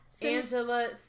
Angela